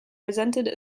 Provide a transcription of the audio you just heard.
presented